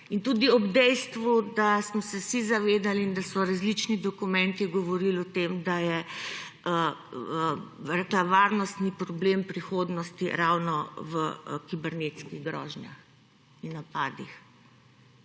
In tudi ob dejstvu, da smo se vsi zavedali in da so različni dokumenti govorili o tem, da je, bi rekla, varnostni problem prihodnosti ravno v kibernetskih grožnjah in napadih.